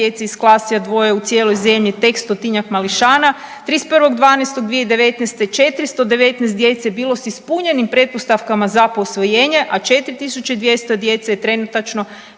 djece iz … dvoje u cijeloj zemlji tek stotinjak mališana. 31.12.2019. 419 djece bilo s ispunjenim pretpostavkama za posvojenje, a 4.200 djece je trenutačno